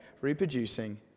reproducing